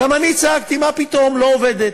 גם אני צעקתי: מה פתאום, היא לא עובדת.